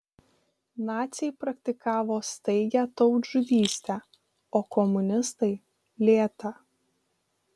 naciai praktikavo staigią tautžudystę o komunistai lėtą